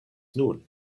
nun